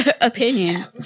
opinion